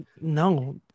no